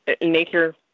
nature